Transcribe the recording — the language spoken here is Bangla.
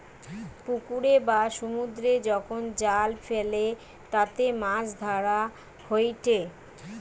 পুকুরে বা সমুদ্রে যখন জাল ফেলে তাতে মাছ ধরা হয়েটে